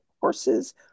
horses